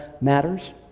matters